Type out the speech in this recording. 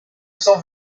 cent